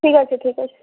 ঠিক আছে ঠিক আছে